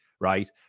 right